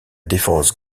défense